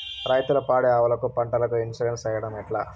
రైతులు పాడి ఆవులకు, పంటలకు, ఇన్సూరెన్సు సేయడం ఎట్లా?